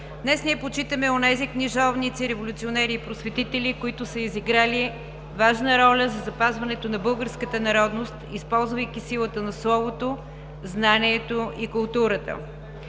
Днес ние почитаме онези книжовници, революционери и просветители, които са изиграли важна роля за запазването на българската народност, използвайки силата на словото, знанието и културата.